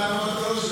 אתה אמרת לו,